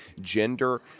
gender